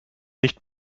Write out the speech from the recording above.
nicht